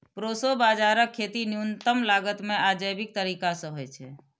proso बाजाराक खेती न्यूनतम लागत मे आ जैविक तरीका सं होइ छै